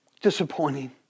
disappointing